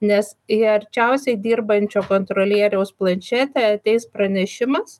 nes į arčiausiai dirbančio kontrolieriaus planšetę ateis pranešimas